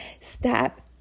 stop